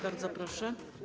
Bardzo proszę.